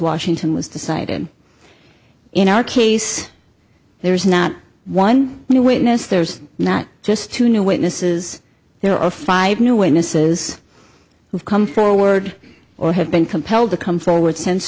washington was decided in our case there is not one new witness there's not just two new witnesses there are five new witnesses who've come forward or have been compelled to come forward sense